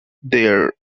there